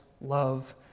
love